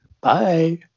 bye